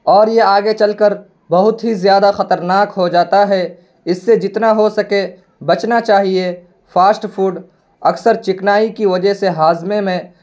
اور یہ آگے چل کر بہت ہی زیادہ خطرناک ہو جاتا ہے اس سے جتنا ہو سکے بچنا چاہیے فاسٹ فوڈ اکثر چکنائی کی وجہ سے ہاضمے میں